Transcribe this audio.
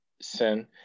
Sin